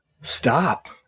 stop